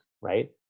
Right